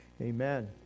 amen